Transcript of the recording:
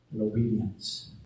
obedience